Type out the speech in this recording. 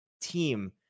team